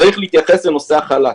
צריך להתייחס לנושא החל"ת.